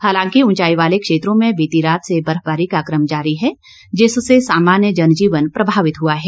हालांकि उंचाई वाले क्षेत्रों में बीती रात से ही बर्फबारी का कम जारी है जिससे सामान्य जनजीवन प्रभावित हुआ है